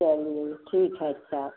चलिए ठीक है अच्छा